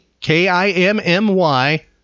K-I-M-M-Y